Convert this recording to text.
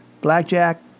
Blackjack